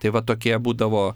tai va tokie būdavo